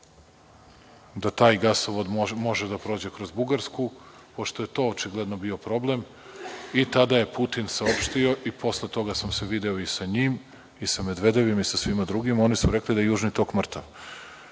da taj gasovod može da prođe kroz Bugarsku, pošto je to očigledno bio problem i tada je Putin saopštio, posle toga sam se video sa njim i sa Medvedevim i sa svima drugima, oni su rekli da je Južni tok mrtav. Da